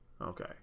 Okay